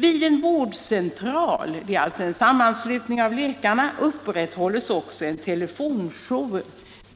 Vid en vårdcentral, dvs. ett gemensamt organ för husläkarna, upprätthålls också en telefonjour